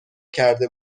کرده